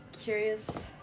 Curious